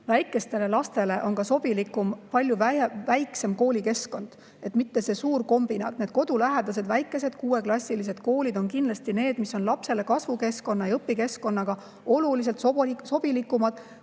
Väikestele lastele on sobilikum palju väiksem koolikeskkond, mitte suur kombinaat. Need kodulähedased, väikesed kuueklassilised koolid on kindlasti need, mis on lapsele kasvukeskkonna ja õpikeskkonnana oluliselt sobilikumad kui